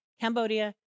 Cambodia